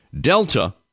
Delta